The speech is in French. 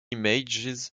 images